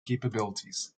capabilities